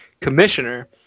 commissioner